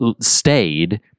stayed